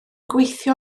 gweithio